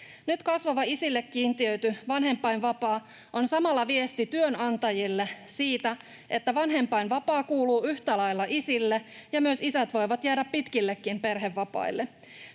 Nyt kasvava isille kiintiöity vanhempainvapaa on samalla viesti työnantajille siitä, että vanhempainvapaa kuuluu yhtä lailla isille ja myös isät voivat jäädä pitkillekin perhevapaille.